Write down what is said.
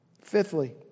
Fifthly